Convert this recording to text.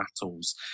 battles